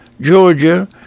Georgia